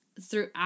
throughout